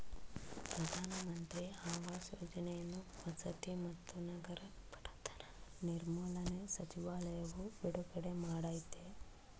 ಪ್ರಧಾನ ಮಂತ್ರಿ ಆವಾಸ್ ಯೋಜನೆಯನ್ನು ವಸತಿ ಮತ್ತು ನಗರ ಬಡತನ ನಿರ್ಮೂಲನೆ ಸಚಿವಾಲಯವು ಬಿಡುಗಡೆ ಮಾಡಯ್ತೆ